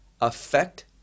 affect